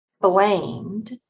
blamed